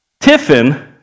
Tiffin